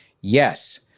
Yes